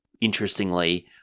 interestingly